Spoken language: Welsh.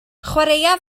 chwaraea